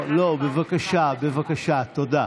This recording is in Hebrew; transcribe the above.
(חותם על ההצהרה)